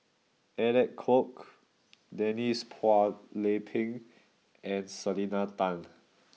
Alec Kuok Denise Phua Lay Peng and Selena Tan